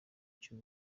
cy’u